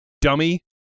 Dummy